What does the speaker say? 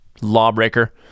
Lawbreaker